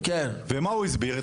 ומה הוא הסביר?